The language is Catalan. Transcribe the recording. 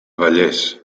vallés